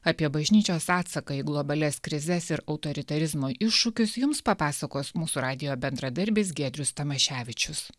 apie bažnyčios atsaką į globalias krizes ir autoritarizmo iššūkius jums papasakos mūsų radijo bendradarbis giedrius tamaševičius